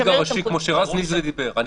(היו"ר איתן גינזבורג,